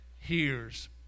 hears